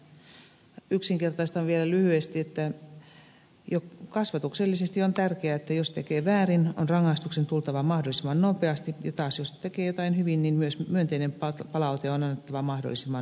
yksinkertaistan vielä lyhyesti että jo kasvatuksellisesti on tärkeää että jos tekee väärin on rangaistuksen tultava mahdollisimman nopeasti ja jos taas tekee jotain hyvin niin myös myönteinen palaute on annettava mahdollisimman nopeasti